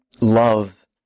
love